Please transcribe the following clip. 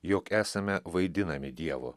jog esame vaidinami dievo